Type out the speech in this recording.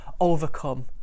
overcome